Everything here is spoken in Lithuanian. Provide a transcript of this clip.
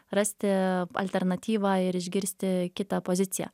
rasti alternatyvą ir išgirsti kitą poziciją